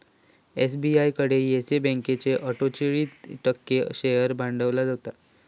SBI कडे Yes बँकेचो अट्ठोचाळीस टक्को शेअर भांडवल होता